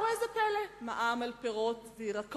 ראה זה פלא, מע"מ על פירות וירקות.